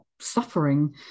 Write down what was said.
suffering